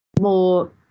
more